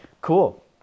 Cool